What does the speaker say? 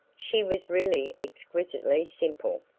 she was really exquisitely simple.